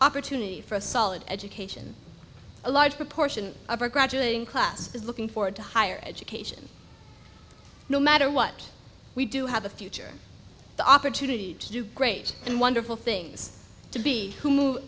opportunity for a solid education a large proportion of our graduating class is looking forward to higher education no matter what we do have a future the opportunity to do great and wonderful things to be who